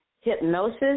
hypnosis